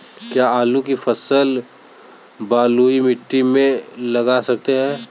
क्या आलू की फसल बलुई मिट्टी में लगा सकते हैं?